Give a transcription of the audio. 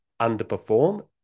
underperform